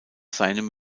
seinen